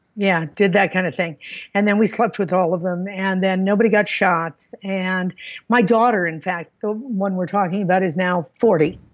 yeah, did that kind of thing and then we slept with all of them. and nobody got shots. and my daughter, in fact, the one we're talking about is now forty.